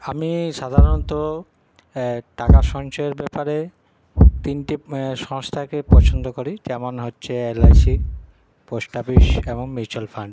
আমি সাধারণত টাকা সঞ্চয়ের ব্যাপারে তিনটে সংস্থাকে পছন্দ করি যেমন হচ্ছে এলআইসি পোস্ট অফিস এবং মিউচাল ফান্ড